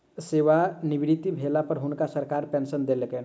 सेवानिवृत भेला पर हुनका सरकार पेंशन देलकैन